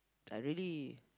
I really